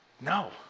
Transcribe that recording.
No